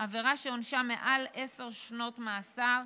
עבירה שעונשה מעל עשר שנות מאסר.